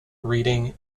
reading